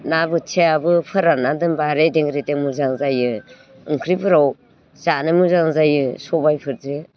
ना बोथियायाबो फोरान्ना दोनबा रेदें रेदें मोजां जायो ओंख्रिफोराव जानो मोजां जायो सबाइ फोरजों